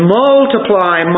multiply